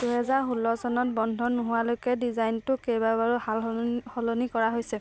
দুহেজাৰ ষোল্ল চনত বন্ধ নোহোৱালৈকে ডিজাইনটোক কেইবাবাৰো সাল সলনি কৰা হৈছে